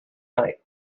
night